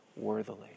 worthily